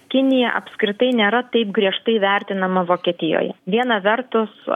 kinija apskritai nėra taip griežtai vertinama vokietijoje viena vertus